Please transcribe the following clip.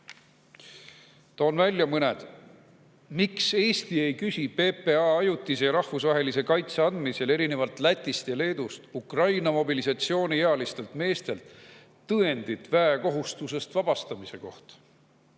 mõne neist esile. Miks Eesti ei küsi PPA ajutise ja rahvusvahelise kaitse andmisel erinevalt Lätist ja Leedust Ukraina mobilisatsiooniealistelt meestelt tõendit väekohustusest vabastamise kohta?